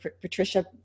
Patricia